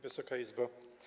Wysoka Izbo!